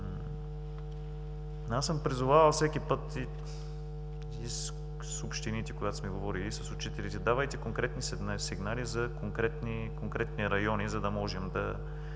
Аз съм призовавал всеки път и с общините, когато сме говорили, и с учителите – давайте конкретни сигнали за конкретни райони, за да можем да